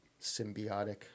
symbiotic